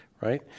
right